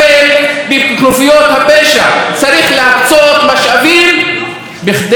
צריך להקצות משאבים כדי לעצור את ההשתוללות הזאת.